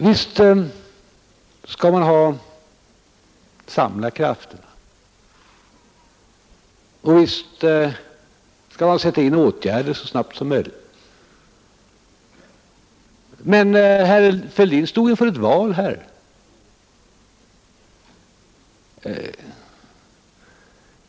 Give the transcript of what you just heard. Visst skall man samla krafterna och visst skall man sätta in åtgärder så snabbt som möjligt Men herr Fälldin stod inför ett val här.